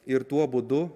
ir tuo būdu